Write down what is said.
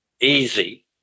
easy